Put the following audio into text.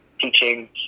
teaching